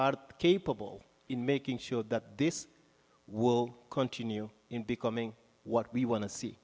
are capable in making sure that this will continue in becoming what we want to see